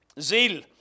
Zeal